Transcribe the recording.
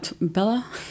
Bella